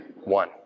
One